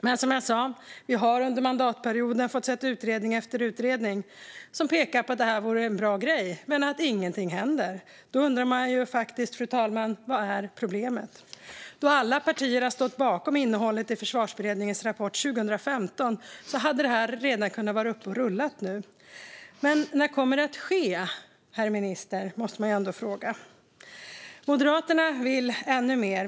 Men som jag sa: Vi har under mandatperioden fått se utredning efter utredning som pekar på att detta vore en bra grej, men ingenting händer. Då undrar man faktiskt, fru talman: Vad är problemet? Då alla partier har stått bakom innehållet i Försvarsberedningens rapport 2015 hade detta redan kunnat vara uppe och rulla nu. Men när kommer det att ske, herr minister? Det måste man ändå fråga. Moderaterna vill ännu mer.